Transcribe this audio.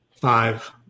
Five